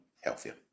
healthier